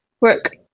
work